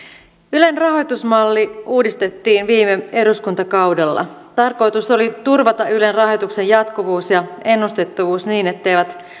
ylen rahoitusmalli uudistettiin viime eduskuntakaudella tarkoitus oli turvata ylen rahoituksen jatkuvuus ja ennustettavuus niin etteivät